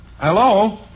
Hello